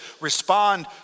respond